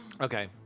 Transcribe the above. Okay